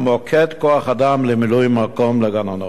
מוקד כוח-אדם למילוי-מקום לגננות.